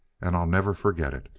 and i'll never forget it.